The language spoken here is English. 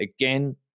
again